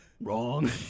Wrong